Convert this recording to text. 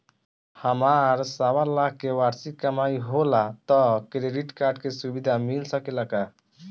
हमार सवालाख के वार्षिक कमाई होला त क्रेडिट कार्ड के सुविधा मिल सकेला का?